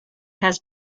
has